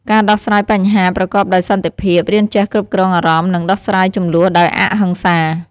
ការដោះស្រាយបញ្ហាប្រកបដោយសន្តិភាព រៀនចេះគ្រប់គ្រងអារម្មណ៍ និងដោះស្រាយជម្លោះដោយអហិង្សា។